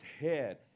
head